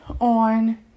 on